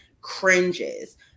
cringes